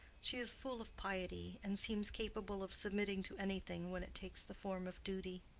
she is full of piety, and seems capable of submitting to anything when it takes the form of duty.